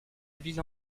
ville